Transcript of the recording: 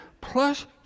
plus